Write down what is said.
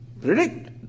predict